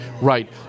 right